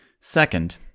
Second